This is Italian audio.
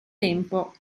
tempo